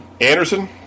Anderson